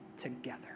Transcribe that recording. together